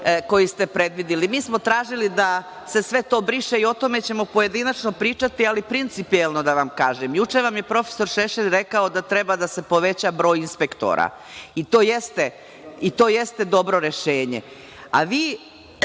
koje ste predvideli, mi smo tražili da se sve to briše i o tome ćemo pojedinačno pričati, ali principijelno da vam kažem, juče vam je prof. Šešelj rekao da treba da se poveća broj inspektora i to jeste dobro rešenje, a vi